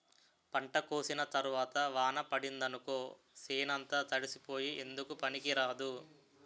పంట కోసిన తరవాత వాన పడిందనుకో సేనంతా తడిసిపోయి ఎందుకూ పనికిరాదు